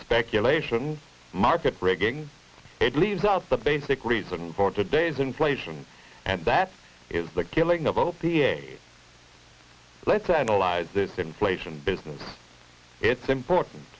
speculations market rigging it leaves out the basic reason for today's inflation and that is the killing of all the a let's analyze the inflation business it's important